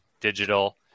digital